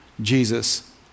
Jesus